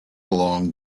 along